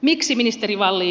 miksi ministeri wallin